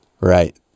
right